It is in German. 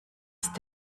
ist